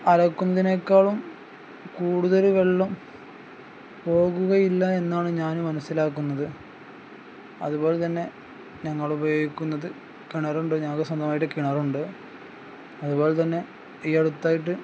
അലക്കുന്നതിനേക്കാളും കൂടുതൽ വെള്ളം പോകുകയില്ല എന്നാണ് ഞാൻ മനസ്സിലാക്കുന്നത് അതുപോലെ തന്നെ ഞങ്ങൾ ഉപയോഗിക്കുന്നത് കിണറുണ്ട് ഞങ്ങൾക്ക് സ്വന്തമായിട്ട് കിണറുണ്ട് അതുപോലെ തന്നെ ഈ അടുത്തായിട്ട്